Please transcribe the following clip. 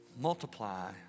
Multiply